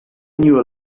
knew